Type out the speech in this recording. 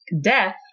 death